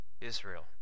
Israel